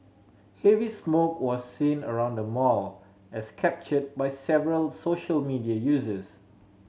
heavy smoke was seen around the mall as captured by several social media users